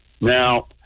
Now